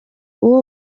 uwo